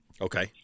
Okay